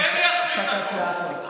הפסקת צעקות.